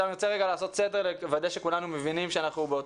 אני רוצה לעשות סדר ולוודא שכולנו באותו